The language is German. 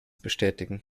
bestätigen